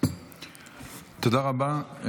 תודה רבה.